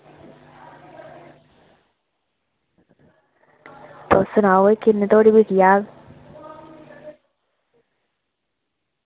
तुस सनाओ किन्ने तोड़ी बिकी जाह्ग